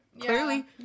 clearly